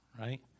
right